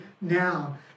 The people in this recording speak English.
now